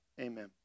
Amen